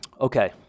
Okay